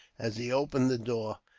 as he opened the door,